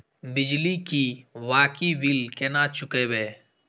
बिजली की बाकी बील केना चूकेबे?